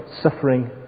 suffering